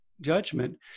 judgment